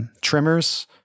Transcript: trimmers